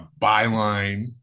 byline